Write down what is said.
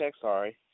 sorry